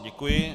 Děkuji.